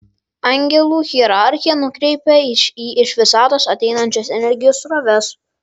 angelų hierarchija nukreipia į iš visatos ateinančias energijos sroves